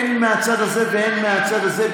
אין מהצד הזה ואין מהצד הזה,